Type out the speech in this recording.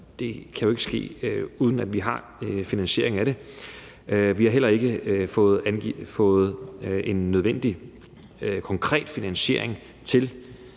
Det kan jo ikke ske, uden at vi har finansiering af det. Vi har heller ikke fået en nødvendig konkret finansiering til